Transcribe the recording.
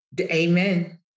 Amen